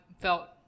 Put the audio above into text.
felt